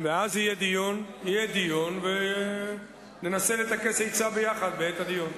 ואז יהיה דיון וננסה לטכס עצה ביחד בעת הדיון.